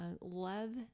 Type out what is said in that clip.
love